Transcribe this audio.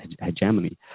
hegemony